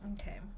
Okay